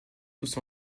tous